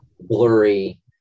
blurry